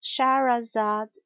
Shahrazad